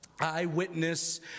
Eyewitness